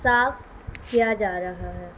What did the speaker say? صاف کیا جا رہا ہے